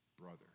brother